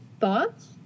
Thoughts